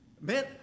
Man